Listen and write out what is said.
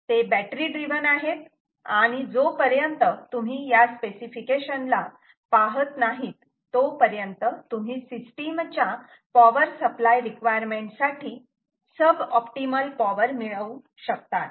ते battery driven आहेत आणि जोपर्यंत तुम्ही या स्पेसिफिकेशन ला पाहत नाहीत तोपर्यंत तुम्ही सिस्टीमच्या पॉवर सप्लाय रिक्वायरमेंट साठी सब ऑप्टिमल पॉवर मिळवू शकतात